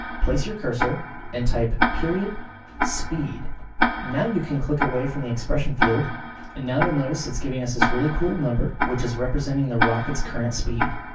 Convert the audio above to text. place your cursor and type speed now you can click away from the expression field and now you'll notice it's giving us this really cool number, which is representing the rocket's current speed.